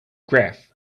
graph